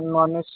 नॉनेश